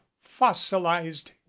fossilized